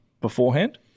beforehand